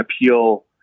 appeal